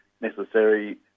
Necessary